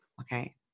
Okay